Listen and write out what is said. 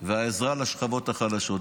והעזרה לשכבות החלשות.